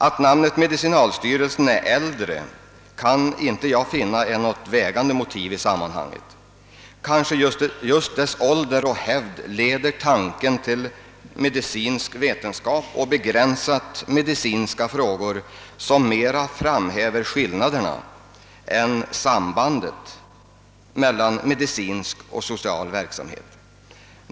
Att namnet »medicinalstyrelsen» är äldre kan jag inte betrakta som något vägande motiv i sammanhanget. Kanske just dess ålder och hävd leder tanken till medi cinsk vetenskap och begränsat medicinska frågor som mera framhäver skillnaderna än sambandet mellan medicinsk och social verksamhet.